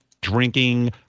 Drinking